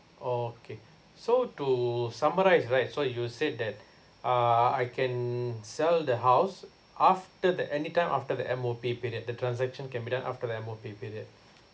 okay so to summarise right so you said that uh I can sell the house after the anytime after the M_O_P period the transaction can be done after the M_O_P period